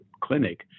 clinic